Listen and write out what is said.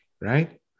Right